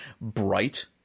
bright